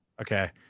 Okay